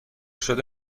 شده